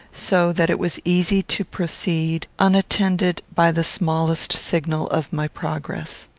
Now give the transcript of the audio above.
so that it was easy to proceed unattended by the smallest signal of my progress.